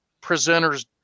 presenter's